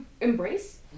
embrace